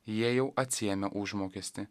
jie jau atsiėmė užmokestį